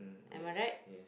am I right